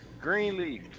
Greenleaf